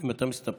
אם אתה מסתפק,